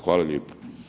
Hvala lijepo.